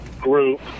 group